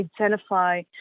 identify